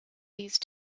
these